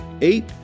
Eight